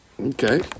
Okay